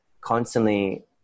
constantly